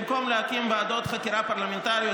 במקום להקים ועדות חקירה פרלמנטריות,